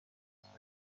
تأیید